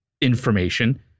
information